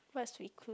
what is recluse